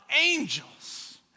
angels